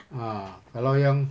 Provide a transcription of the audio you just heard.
ah kalau yang